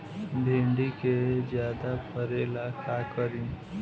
भिंडी के ज्यादा फरेला का करी?